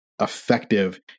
effective